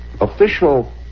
official